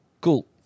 cool